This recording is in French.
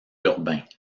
urbains